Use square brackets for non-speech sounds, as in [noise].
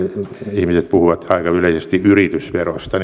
ihmiset puhuvat aika yleisesti yritysverosta [unintelligible]